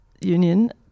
union